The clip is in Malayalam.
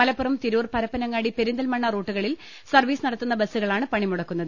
മലപ്പുറം തിരൂർ പരപ്പനങ്ങാടി പെരിന്തൽമണ്ണ റൂട്ടുകളിൽ സർവീസ് നടത്തുന്ന ബസുകളാണ് പണിമുടക്കുന്നത്